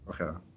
Okay